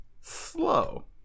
slow